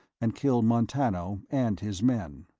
and kill montano and his men.